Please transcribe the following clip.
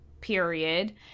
period